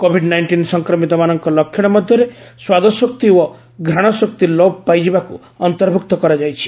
Covid nineteen ସଂକ୍ରମିତମାନଙ୍କ ଲକ୍ଷଣ ମଧ୍ୟରେ ସ୍ୱାଦଶକ୍ତି ଓ ଘ୍ରାଣ ଶକ୍ତି ଲୋପ୍ ପାଇଯିବାକୁ ଅନ୍ତର୍ଭୁକ୍ତ କରାଯାଇଛି